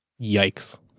Yikes